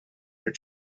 her